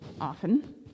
often